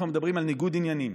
אנחנו מדברים על ניגוד עניינים.